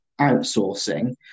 outsourcing